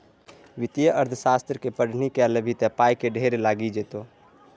वित्तीय अर्थशास्त्रक पढ़ौनी कए लेभी त पायक ढेर लागि जेतौ